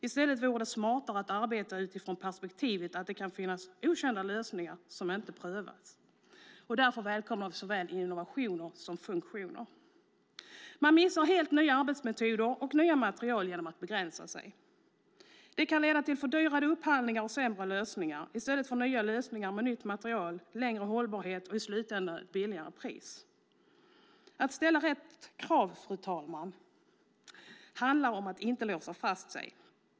I stället vore det smartare att arbeta utifrån perspektivet att det kan finnas okända lösningar som inte prövats. Därför välkomnar vi såväl innovationer som funktioner. Man missar helt nya arbetsmetoder och nya material genom att begränsa sig. Det kan leda till fördyrade upphandlingar och sämre lösningar i stället för nya lösningar med nytt material, längre hållbarhet och i slutändan lägre pris. Att ställa rätt krav, fru talman, handlar om att inte låsa fast sig.